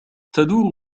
تدور